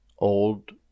old